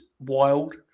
wild